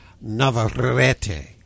navarrete